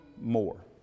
more